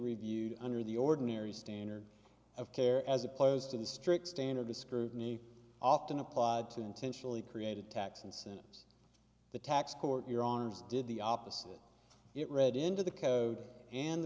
reviewed under the ordinary standard of care as opposed to the strict standard to scrutiny often applied to intentionally created tax incentives the tax court your honors did the opposite it read into the code and